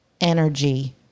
energy